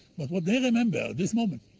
but what they remember, this moment,